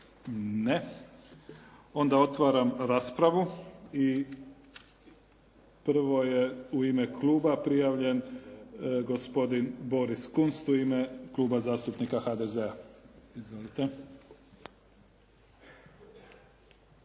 Ne. Onda otvaram raspravu i prvo je u ime kluba prijavljen gospodin Boris Kunst u ime Kluba zastupnika HDZ-a.